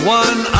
one